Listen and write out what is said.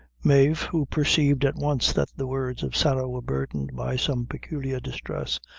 mave, who perceived at once that the words of sarah were burdened by some peculiar distress,